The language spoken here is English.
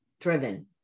driven